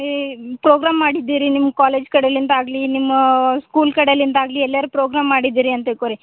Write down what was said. ಈ ಪ್ರೋಗ್ರಾಮ್ ಮಾಡಿದ್ವಿ ರೀ ನಿಮ್ಮ ಕಾಲೇಜ್ ಕಡೆಲಿಂದ ಆಗಲಿ ನಿಮ್ಮ ಸ್ಕೂಲ್ ಕಡೆಲಿಂದ ಆಗಲಿ ಎಲ್ಲರು ಪ್ರೋಗ್ರಾಮ್ ಮಾಡಿದಿರಂತ ತಿಳ್ಕೋ ರೀ